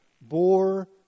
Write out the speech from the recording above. bore